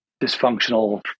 dysfunctional